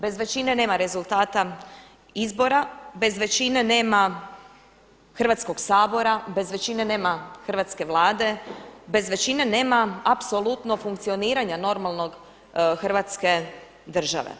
Bez većine nema rezultata izbora, bez većine nema Hrvatskoga sabora, bez većine nema hrvatske Vlade, bez većine nema apsolutno funkcioniranja normalnog Hrvatske države.